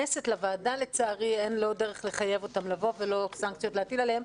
לוועדה לצערי אין לא דרך לחייב אותם לבוא ולא סנקציות להטיל עליהם,